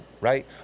right